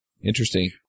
Interesting